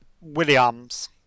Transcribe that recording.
Williams